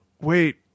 wait